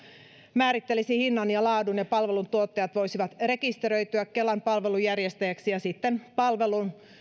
määrittelisi hinnan ja laadun ja palveluntuottajat voisivat rekisteröityä kelan palvelunjärjestäjiksi ja sitten palveluun